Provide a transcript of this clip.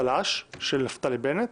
צל"ש של נפתלי בנט,